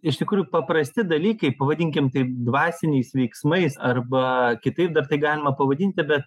iš tikrųjų paprasti dalykai pavadinkim tai dvasiniais veiksmais arba kitaip tai galima pavadinti bet